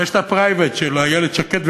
ויש הפרייבט של איילת שקד,